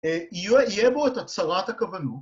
יהיה בו את הצהרת הכוונות